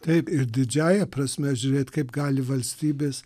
taip ir didžiąja prasme žiūrėt kaip gali valstybės